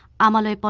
am on a but